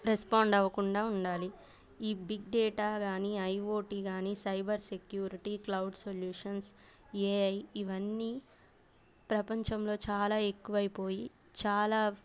respond అవ్వకుండా ఉండాలి ఈ బిగ్ డేటా కానీ ఐఓటీ కానీ cyber security cloud solutions AI ఇవన్నీ ప్రపంచంలో చాలా ఎక్కువైపోయి చాలా